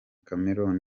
cameroun